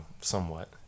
somewhat